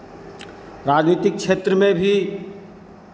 राजनीतिक क्षेत्र में भी